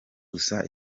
gusa